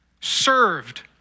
served